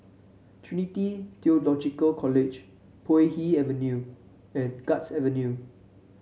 Trinity Theological College Puay Hee Avenue and Guards Avenue